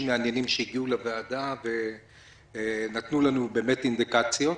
מעניינים שהגיעו לוועדה ונתנו לנו אינדיקציות,